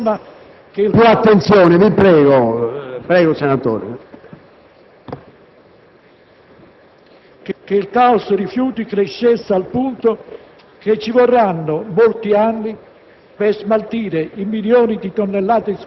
Ha lasciato insomma che il caos rifiuti crescesse a tal punto che ci vorranno molti anni